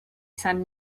san